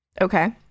Okay